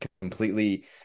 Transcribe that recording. completely